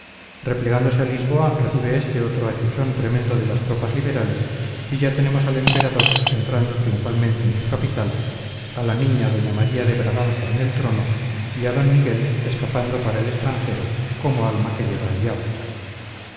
replegándose a lisboa recibe éste otro achuchón tremendo de las tropas liberales y ya tenemos al emperador entrando triunfante en su capital a la niña doña maría de braganza en el trono y al d miguel escapando para el extranjero como alma que lleva el diablo